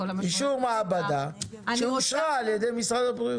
אישור מעבדה שאושרה על ידי משרד הבריאות.